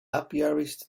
apiarist